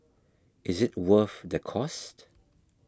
is it worth the cost